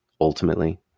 ultimately